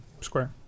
square